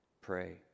pray